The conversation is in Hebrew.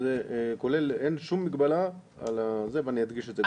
אין שום מגבלה על זה ואני אדגיש את זה.